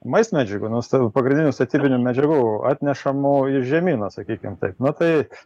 maisto medžiagų nuostabių pagrindinių statybinių medžiagų atnešamų iš žemyno sakykim taip na tai